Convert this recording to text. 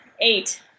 Eight